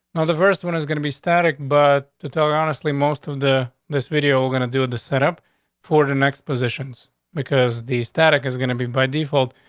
now, the first one is gonna be static. but to tell you honestly, most of the this video we're going to do with set up for the next positions because the static is gonna be by default,